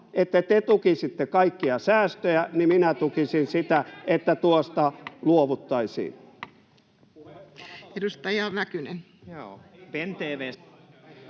että jos te tukisitte kaikkia säästöjä, niin minä tukisin sitä, että tuosta luovuttaisiin.